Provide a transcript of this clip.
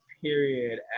Period